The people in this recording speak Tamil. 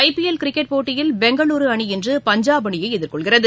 ஐ பி எல் கிரிக்கெட் போட்டியில் பெங்களூரு அணி இன்று பஞ்சாப் அணியை எதிர்கொள்கிறது